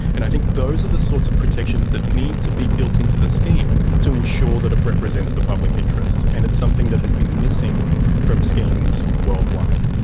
and i think those are the sorts of protections that need to be built into the scheme to ensure that it represents the public interest, and it's something that has been missing from schemes worldwide.